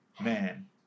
man